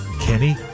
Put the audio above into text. Kenny